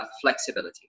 flexibility